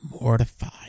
mortified